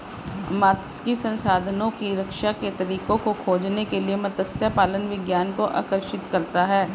मात्स्यिकी संसाधनों की रक्षा के तरीकों को खोजने के लिए मत्स्य पालन विज्ञान को आकर्षित करता है